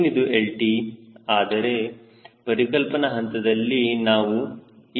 ಏನಿದು lt ಆದರೆ ಪರಿಕಲ್ಪನ ಹಂತದಲ್ಲಿ ನಾವು ಏನು ಮಾಡಬೇಕು